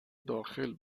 داخل